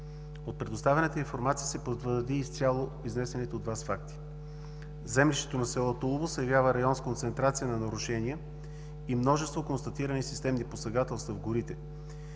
От предоставената информация се потвърдиха изцяло изнесените от Вас факти. Землището на село Тулово се явява район с концентрация на нарушения и множество констатирани системни посегателства в горите,